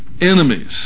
enemies